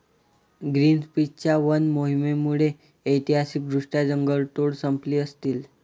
ग्रीनपीसच्या वन मोहिमेमुळे ऐतिहासिकदृष्ट्या जंगलतोड संपली असती